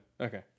Okay